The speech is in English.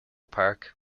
park